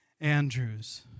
Andrews